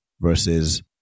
versus